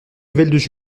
nouvelles